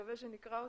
ששווה שנקרא אותה,